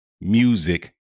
music